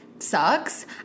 Sucks